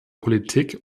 politik